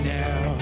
now